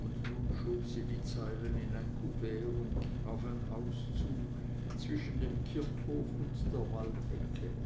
und nun schob sie die zeilen in ein kuvert und ging auf ein haus zu zwischen dem kirchhof und der waldecke